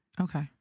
Okay